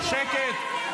--- שקט.